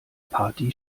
party